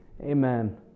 Amen